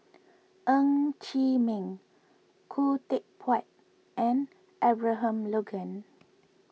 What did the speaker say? Ng Chee Meng Khoo Teck Puat and Abraham Logan